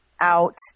out